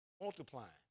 multiplying